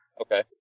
Okay